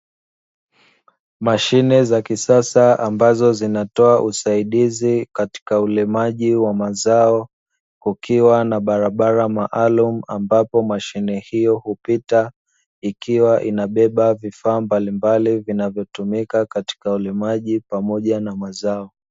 mashine za kisasa ambazo zinatoa usaidizi katika ulimaji wa mazao, kukiwa na barabara maalumu ambapo mashine hiyo hupita ikiwa inabeba, vifaa mbalimbali vinavyotumika katika ulimaji pamoja na mazao.